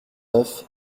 neuf